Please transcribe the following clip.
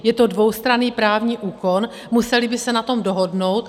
Je to dvoustranný právní úkon, museli by se na tom dohodnout.